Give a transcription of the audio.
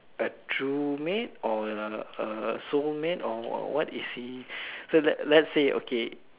a true mate or err a soul mate or what is he so let let's say okay